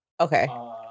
Okay